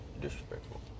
disrespectful